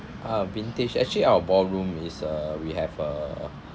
ah vintage actually our ballroom is uh we have uh